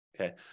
okay